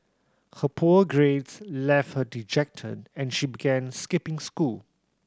her poor grades left her dejected and she began skipping school